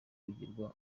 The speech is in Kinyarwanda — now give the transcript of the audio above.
kugirwa